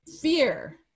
fear